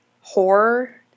horror